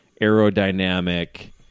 aerodynamic